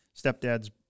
stepdad's